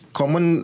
common